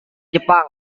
jepang